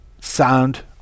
sound